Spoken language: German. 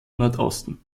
nordosten